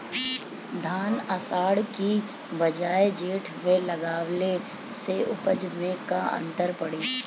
धान आषाढ़ के बजाय जेठ में लगावले से उपज में का अन्तर पड़ी?